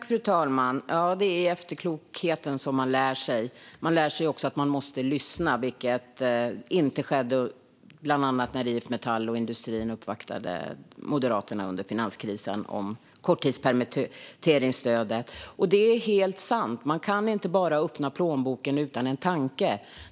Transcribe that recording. Fru talman! Ja, det är av efterklokheten man lär sig. Man lär sig också att man måste lyssna, vilket inte skedde exempelvis när IF Metall och industrin uppvaktade Moderaterna under finanskrisen om korttidspermitteringsstödet. Det är helt sant: Man kan inte bara öppna plånboken utan en tanke.